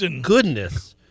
goodness